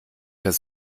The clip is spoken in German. das